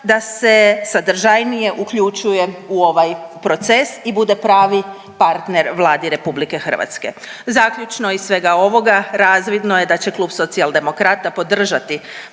da se sadržajnije uključuje u ovaj proces i bude pravi partner Vladi RH. Zaključno iz svega ovoga razvidno je da će Klub Socijaldemokrata podržati